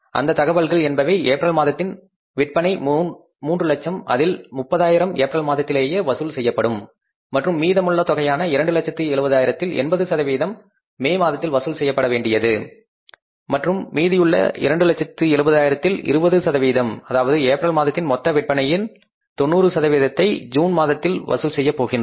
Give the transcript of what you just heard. அந்த தகவல்கள் என்பவை ஏப்ரல் மாதத்தின் விற்பனை 300000 அதில் 30000 ஏப்ரல் மாதத்திலேயே வசூல் செய்யப்படும் மற்றும் மீதமுள்ள தொகையான 270000 ல் 80 மே மாதத்தில் வசூல் செய்யப்பட வேண்டியவை மற்றும் மீதியுள்ள 270000 ல் 20 அதாவது ஏப்ரல் மாதத்தின் மொத்த விற்பனையில் 90 சதவீதத்தை ஜூன் மாதத்தில் வசூல் செய்ய போகின்றோம்